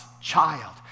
child